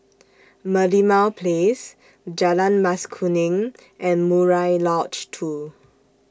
Merlimau Place Jalan Mas Kuning and Murai Lodge two